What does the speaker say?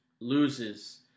loses